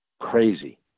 crazy